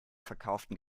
verkauften